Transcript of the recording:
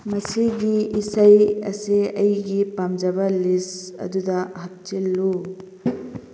ꯃꯁꯤꯒꯤ ꯏꯁꯩ ꯑꯁꯤ ꯑꯩꯒꯤ ꯄꯥꯝꯖꯕ ꯂꯤꯁ ꯑꯗꯨꯗ ꯍꯥꯞꯆꯤꯜꯂꯨ